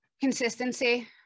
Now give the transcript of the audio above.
consistency